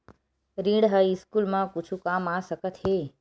ऋण ह स्कूल मा कुछु काम आ सकत हे?